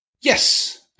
Yes